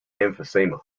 emphysema